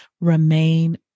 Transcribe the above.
remain